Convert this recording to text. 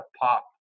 pop